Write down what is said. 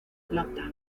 planta